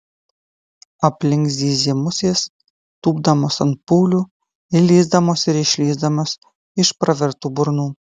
aplink zyzė musės tūpdamos ant pūlių įlįsdamos ir išlįsdamos iš pravertų burnų